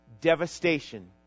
devastation